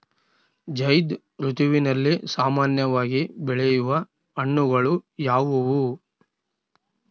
ಝೈಧ್ ಋತುವಿನಲ್ಲಿ ಸಾಮಾನ್ಯವಾಗಿ ಬೆಳೆಯುವ ಹಣ್ಣುಗಳು ಯಾವುವು?